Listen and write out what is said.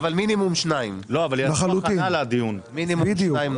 אבל מינימום שני דיונים נוספים.